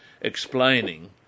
explaining